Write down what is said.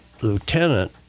lieutenant